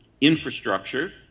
infrastructure